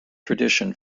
tradition